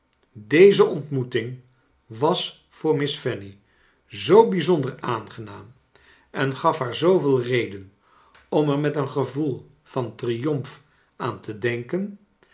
deze ontmoeting was voor miss fanny zoo bijzonder aanganaam en gaf haar zooveel reden om er met een gevoel van triomf aan te denken